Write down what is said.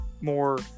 more